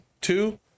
Two